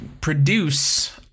produce